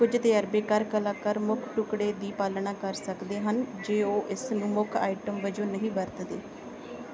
ਕੁੱਝ ਤਜਰਬੇਕਾਰ ਕਲਾਕਾਰ ਮੁੱਖ ਟੁਕੜੇ ਦੀ ਪਾਲਣਾ ਕਰ ਸਕਦੇ ਹਨ ਜੇ ਉਹ ਇਸ ਨੂੰ ਮੁੱਖ ਆਈਟਮ ਵਜੋਂ ਨਹੀਂ ਵਰਤਦੇ